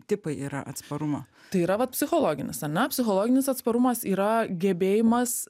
tipai yra atsparumo tai vat yra psichologinis ane psichologinis atsparumas yra gebėjimas